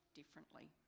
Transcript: differently